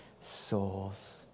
souls